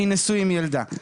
אני נשוי עם ילדה.